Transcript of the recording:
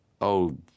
Oh